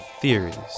theories